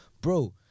bro